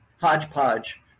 hodgepodge